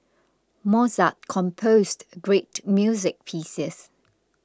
Mozart composed great music pieces